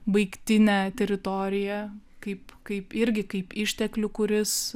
baigtinę teritoriją kaip kaip irgi kaip išteklių kuris